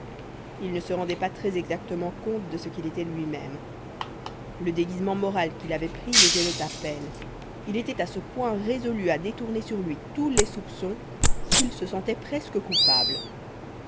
il ne se rendait pas très exactement compte de ce qu'il était luimême le déguisement moral qu'il avait pris le gênait à peine il était à ce point résolu à détourner sur lui tous les soupçons qu'il se sentait presque coupable